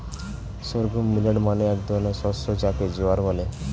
sorghum millet মানে এক ধরনের শস্য যাকে জোয়ার বলে